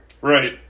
Right